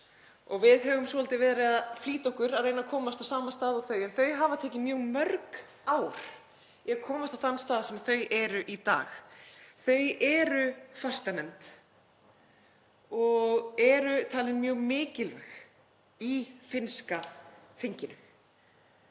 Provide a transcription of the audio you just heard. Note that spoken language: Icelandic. Við höfum svolítið verið að flýta okkur að reyna að komast á sama stað og þau en það hefur tekið þau mjög mörg ár að komast á þann stað sem þau eru á í dag. Þau eru fastanefnd og eru talin mjög mikilvæg í finnska þinginu.